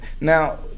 now